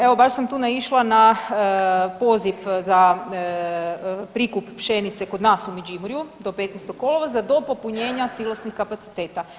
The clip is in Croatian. Evo baš sam tu naišla na poziv za prikup pšenice kod nas u Međimurju do 15. kolovoza, do popunjenja silosnih kapaciteta.